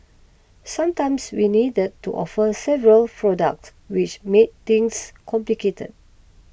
sometimes we needed to offer several products which made things complicated